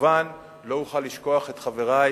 כמובן לא אוכל לשכוח את חברי,